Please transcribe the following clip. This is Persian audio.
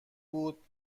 بود